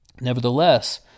Nevertheless